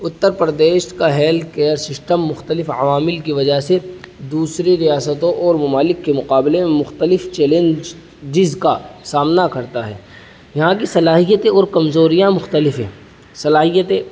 اترپردیش کا health care system مختلف عوامل کی وجہ سے دوسری ریاستوں اور ممالک کے مقابلے میں مختلف چیلنج کا سامنا کرتا ہے یہاں کی صلاحیتیں اور کمزوریاں مختلف ہیں صلاحیتیں